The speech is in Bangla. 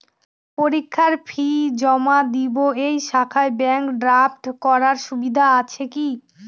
পরীক্ষার ফি জমা দিব এই শাখায় ব্যাংক ড্রাফট করার সুবিধা আছে কি?